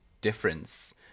difference